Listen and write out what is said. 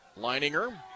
leininger